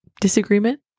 Disagreement